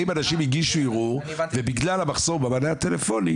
האם אנשים הגישו ערעור ובגלל המחסור במענה הטלפוני